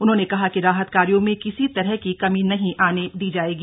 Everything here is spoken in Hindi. उन्होंने कहा कि राहत कार्यों में किसी तरह की कमी नहीं आने दी जाएगी